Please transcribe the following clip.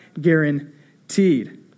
guaranteed